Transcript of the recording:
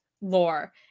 lore